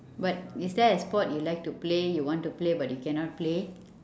but is there a sport you like to play you want to play but you cannot play